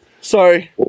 Sorry